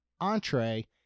entree